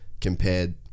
compared